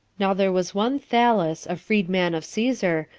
now there was one thallus, a freed-man of caesar,